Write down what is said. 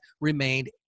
remained